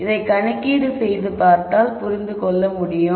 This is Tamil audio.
இதை கணக்கீடு செய்து பார்த்தால் புரிந்து கொள்ள முடியும்